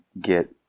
get